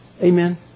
Amen